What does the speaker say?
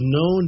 no